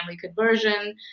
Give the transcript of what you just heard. conversion